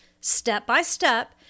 step-by-step